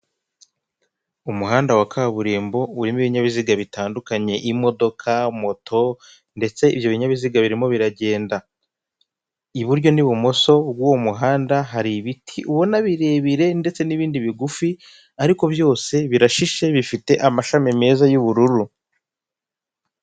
Umuhanda wa kaburimbo urimo ibinyabiziga bitandukanye imodoka, moto ndetse ibyo binyabiziga birimo biragenda, iburyo n'ibumoso bw'uwo muhanda hari ibiti ubona birebire ndetse n'ibindi bigufi ariko byose birashishe bifite amashami meza y'ubururu.